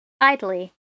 Idly